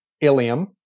ilium